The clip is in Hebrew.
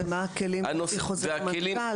ומה הכלים לפי חוזר מנכ"ל?